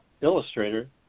illustrator